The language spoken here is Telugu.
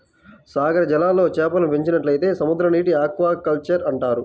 సాగర జలాల్లో చేపలను పెంచినట్లయితే సముద్రనీటి ఆక్వాకల్చర్ అంటారు